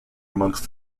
amongst